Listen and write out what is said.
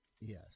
Yes